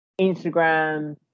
Instagram